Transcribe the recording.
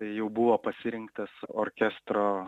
tai jau buvo pasirinktas orkestro